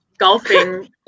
golfing